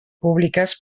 públiques